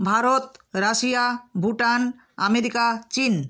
ভারত রাশিয়া ভুটান আমেরিকা চীন